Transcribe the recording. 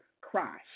crash